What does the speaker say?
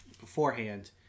beforehand